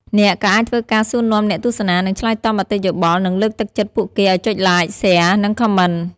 អ្នកក៏អាចធ្វើការសួរនាំអ្នកទស្សនា និង ឆ្លើយតបមតិយោបល់ និងលើកទឹកចិត្តពួកគេឲ្យចុច Like, Share និង Comment។